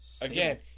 Again